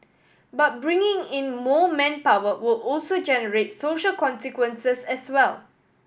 but bringing in more manpower will also generate social consequences as well